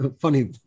funny